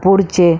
पुढचे